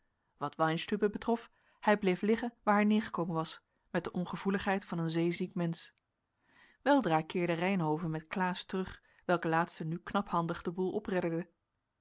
wat weinstübe betrof hij bleef liggen waar hij neergekomen was met de ongevoeligheid van een zeeziek mensch weldra keerde reynhove met klaas terug welke laatste nu knaphandig den boel opredderde